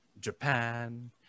japan